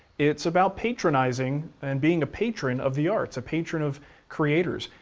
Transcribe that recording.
it's about patronizing and being a patron of the arts, a patron of creators.